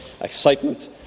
excitement